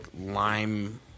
lime